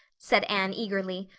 said anne eagerly.